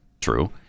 true